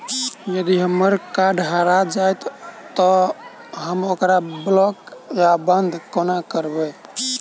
यदि हम्मर कार्ड हरा जाइत तऽ हम ओकरा ब्लॉक वा बंद कोना करेबै?